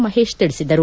ಮಹೇಶ್ ತಿಳಿಸಿದರು